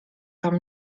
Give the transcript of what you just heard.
tam